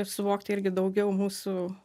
suvokti irgi daugiau mūsų